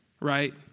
right